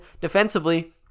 defensively